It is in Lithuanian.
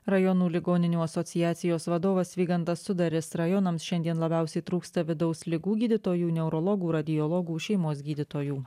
rajonų ligoninių asociacijos vadovas vygantas sudaris rajonams šiandien labiausiai trūksta vidaus ligų gydytojų neurologų radiologų šeimos gydytojų